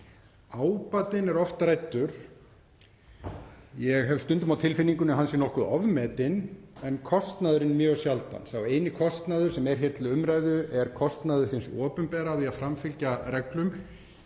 Ábatinn er oft ræddur — ég hef stundum á tilfinningunni að hann sé nokkuð ofmetinn — en kostnaðurinn mjög sjaldan. Sá eini kostnaður sem er hér til umræðu er kostnaður hins opinbera af því að framfylgja reglum.